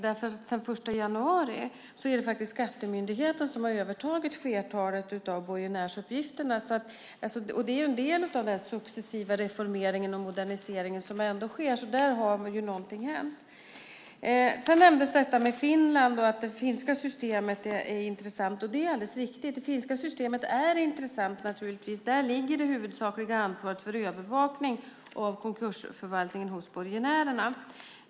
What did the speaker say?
Sedan den 1 januari har skattemyndigheten övertagit flertalet av borgenärsuppgifterna. Det är en del av den successiva reformering och modernisering som sker. Där har något hänt. Sedan nämndes det finska systemet och att det är intressant. Det är alldeles riktigt. Där ligger det huvudsakliga ansvaret för övervakning av konkursförvaltningen hos borgenärerna.